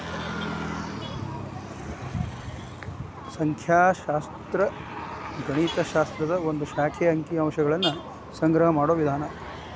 ಸಂಖ್ಯಾಶಾಸ್ತ್ರ ಗಣಿತ ಶಾಸ್ತ್ರದ ಒಂದ್ ಶಾಖೆ ಅಂಕಿ ಅಂಶಗಳನ್ನ ಸಂಗ್ರಹ ಮಾಡೋ ವಿಧಾನ